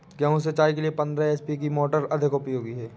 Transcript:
गेहूँ सिंचाई के लिए पंद्रह एच.पी की मोटर अधिक उपयोगी है?